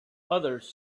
others